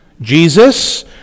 Jesus